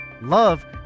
Love